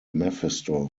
mephisto